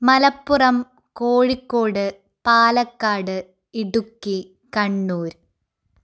Malappuram Kozhikode Palakkad Idukki Kannur